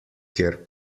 kjer